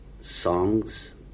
songs